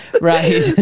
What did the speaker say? Right